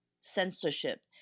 censorship